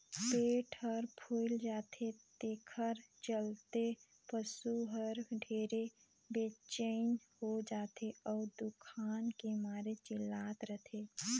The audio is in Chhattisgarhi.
पेट हर फूइल जाथे तेखर चलते पसू हर ढेरे बेचइन हो जाथे अउ दुखान के मारे चिल्लात रथे